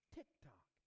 TikTok